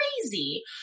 crazy